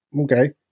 okay